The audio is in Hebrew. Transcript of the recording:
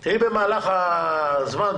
אם במהלך הזמן,